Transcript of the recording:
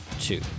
two